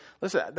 listen